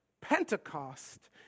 Pentecost